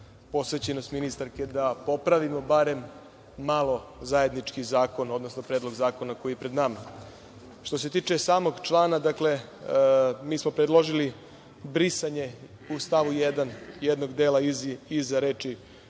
posvećenost ministarke da popravimo barem malo zajednički zakon, odnosno Predlog zakona koji je pred nama. Što se tiče samog člana, dakle, mi smo predložili brisanje u stavu 1. jednog dela iza reči